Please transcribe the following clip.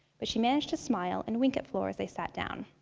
but she managed to smile and wink at flor as they sat down.